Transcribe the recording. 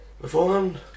beforehand